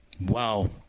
Wow